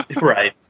right